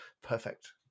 perfect